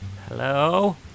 Hello